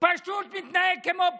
פשוט מתנהג כמו פרחח.